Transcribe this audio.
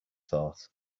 thought